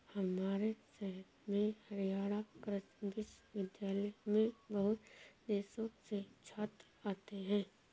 हमारे शहर में हरियाणा कृषि विश्वविद्यालय में बहुत देशों से छात्र आते हैं